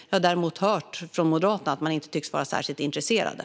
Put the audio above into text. Jag har däremot hört från Moderaterna att de inte tycks vara särskilt intresserade.